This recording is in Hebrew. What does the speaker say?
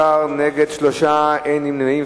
בעד, 16, נגד, 3, אין נמנעים.